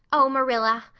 oh, marilla,